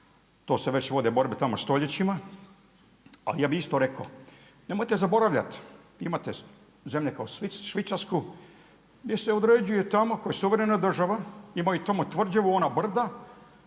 to se već vode borbe tamo stoljećima, a ja bi isto rekao, nemojte zaboravljati imate zemlje kao što Švicarska gdje se određuje tamo koja je suvremena država imaju tamo tvrđavu ona brda